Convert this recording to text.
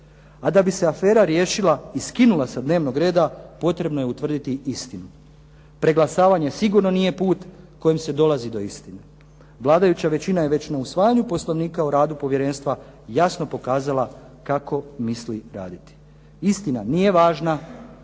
A da bi se afera riješila i skinula sa dnevnog reda potrebno je utvrditi istinu. Preglasavanje sigurno nije put kojim se dolazi do istine. Vladajuća većina je već na usvajanju Poslovnika o radu povjerenstva jasno pokazala kako misli raditi. Istina nije važna,